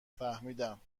فهمیدم